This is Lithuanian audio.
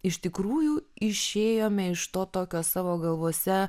iš tikrųjų išėjome iš to tokio savo galvose